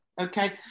okay